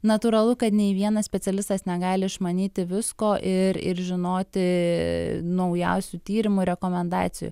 natūralu kad nei vienas specialistas negali išmanyti visko ir ir žinoti naujausių tyrimų rekomendacijų